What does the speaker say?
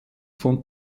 von